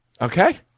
okay